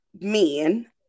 Men